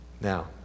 Now